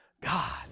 God